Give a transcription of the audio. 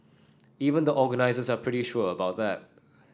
even the organisers are pretty sure about that